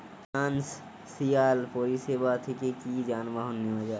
Financial পরিসেবা থেকে কি যানবাহন নেওয়া যায়?